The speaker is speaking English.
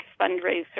fundraiser